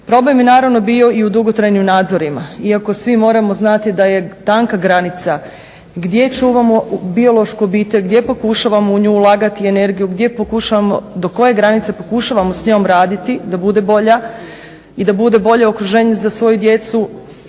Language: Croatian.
Problem je naravno bio i u dugotrajnim nadzorima. Iako svi moramo znati da je tanka granica gdje čuvamo biološku obitelj, gdje pokušavamo u nju ulagati energiju, gdje pokušavamo, do koje granice pokušavamo s njom raditi da bude bolja i da bude bolje okruženje za svoju djecu.